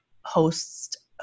hosts